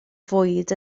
fwyd